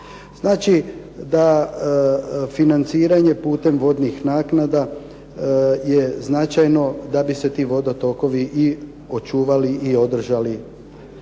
Znači da financiranjem putem vodnih naknada je značajno da bi se ti vodotokovi i očuvali i održali